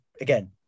again